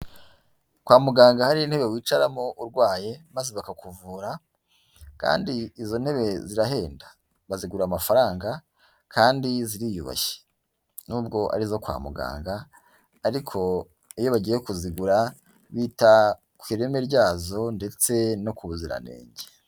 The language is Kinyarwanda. Kwa muganga hari intebe wicaramo urwaye maze bakakuvura kandi izo ntebe zirahenda. Bazigura amafaranga kandi ziriyubashye, nubwo ari izo kwa muganga ariko iyo bagiye kuzigura bita ku ireme ryazo ndetse no ku buziranenge.